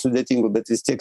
sudėtingų bet vis tiek